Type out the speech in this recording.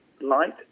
light